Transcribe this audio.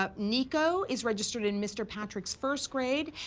ah nico is registered in mr. patrick's first grade,